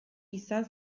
izan